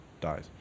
dies